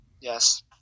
Yes